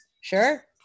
sure